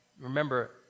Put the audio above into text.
remember